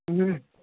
हम्म